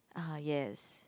uh yes